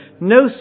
No